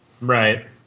right